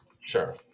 Sure